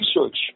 research